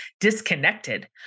disconnected